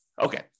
Okay